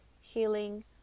healing